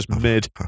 mid